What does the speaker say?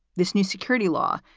this new security law,